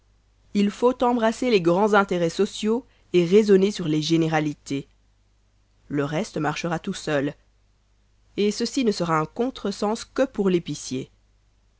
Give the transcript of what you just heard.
il faut embrasser les grands intérêts sociaux et raisonner sur les généralités le reste marchera tout seul et ceci ne sera un contre-sens que pour l'épicier